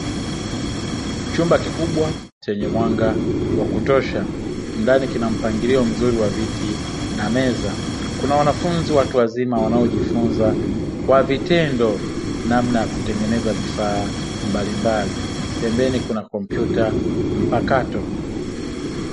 Chumba kikubwa chenye mwanga wakutosha ndani kina mpangilio mzuri wa viti na meza, kuna wanafunzi watu wazima wanaojifunza kwa vitendo namna ya kutengeneza vifaa mbalimbali pembeni kuna kompyuta mpakato.